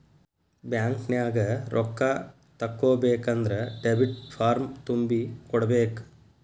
ಬ್ಯಾಂಕ್ನ್ಯಾಗ ರೊಕ್ಕಾ ತಕ್ಕೊಬೇಕನ್ದ್ರ ಡೆಬಿಟ್ ಫಾರ್ಮ್ ತುಂಬಿ ಕೊಡ್ಬೆಕ್